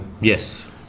Yes